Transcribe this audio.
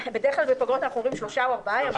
בדרך כלל בפגרות אנחנו אומרים שלושה או ארבעה ימים.